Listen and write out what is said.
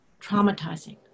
traumatizing